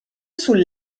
sul